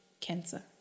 cancer